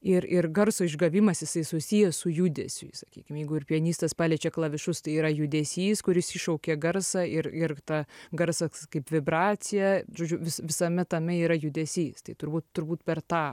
ir ir garso išgavimas jisai susijęs su judesiu sakykim ir jeigu ir pianistas paliečia klavišus tai yra judesys kuris iššaukia garsą ir ir ta garsas kaip vibracija žodžiu vis visame tame yra judesys tai turbūt turbūt per tą